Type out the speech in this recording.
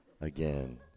again